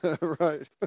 Right